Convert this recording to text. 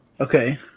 Okay